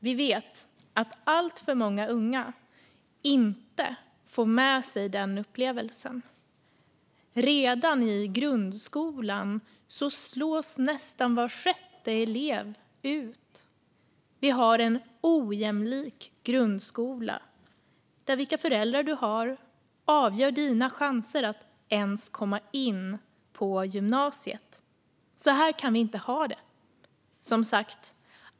Vi vet att alltför många unga inte får med sig den upplevelsen. Redan i grundskolan slås nästan var sjätte elev ut. Vi har en ojämlik grundskola. Vilka föräldrar du har avgör dina chanser att ens komma in på gymnasiet. Så kan vi inte ha det!